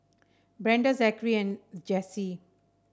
Brenda Zakary and Jessye